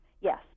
Yes